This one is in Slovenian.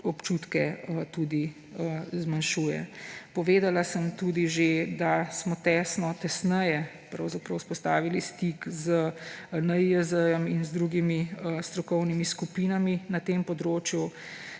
občutke zmanjšuje. Povedala sem tudi že, da smo tesneje vzpostavili stik z NIJZ in drugimi strokovnimi skupinami. Na tem področju